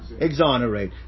Exonerate